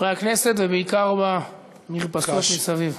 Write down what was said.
חברי הכנסת, ובעיקר במרפסות מסביב.